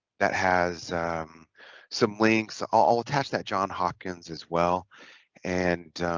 that has some links i'll attach that john hawkins as well and